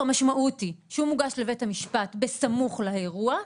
המשמעותי היא שהוא מוגש לבית המשפט בסמוך לאירוע,